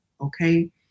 okay